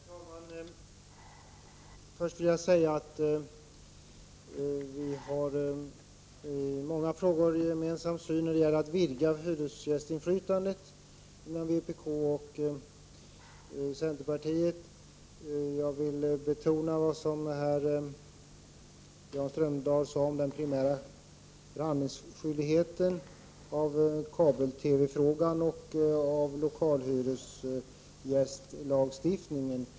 Herr talman! Först vill jag säga att vpk och centerpartiet i många frågor har en gemensam uppfattning i fråga om att vidga hyresgästinflytandet. Jag vill betona det som Jan Strömdahl sade om den primära förhandlingsskyldigheten, om kabel-TV-frågan och om lokal hyresgästlagstiftning.